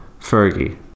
Fergie